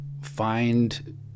find